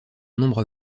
nombre